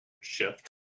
shift